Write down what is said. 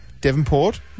Devonport